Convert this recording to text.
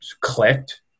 clicked